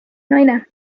naine